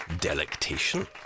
delectation